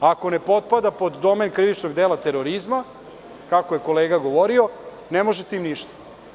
Ako ne potpada pod domen krivičnog dela terorizma, kako je kolega govorio, ne možete im ništa.